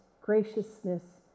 graciousness